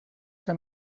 que